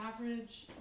average